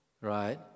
right